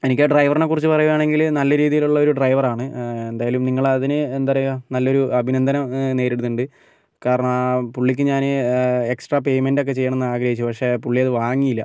എനിക്ക് ആ ഡ്രൈവറിനെ കുറിച്ച് പറയുകയാണെങ്കിൽ നല്ല രീതിയിൽ ഉള്ളൊരു ഡ്രൈവറാണ് എന്തായാലും നിങ്ങൾ അതിന് എന്താ പറയുക നല്ലൊരു അഭിനന്ദനം നേരിടുന്നുണ്ട് കാരണം പുള്ളിക്ക് ഞാൻ എക്സ്ട്രാ പേയ്മെൻറ്റ് ഒക്കെ ചെയ്യണം എന്ന് ആഗ്രഹിച്ച് പക്ഷെ പുള്ളി അത് വാങ്ങിയില്ല